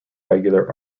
regular